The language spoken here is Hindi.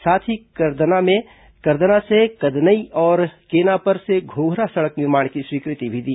साथ ही करदना से कदनई और केनापर से घोघरा सड़क निर्माण की स्वीकृति भी दी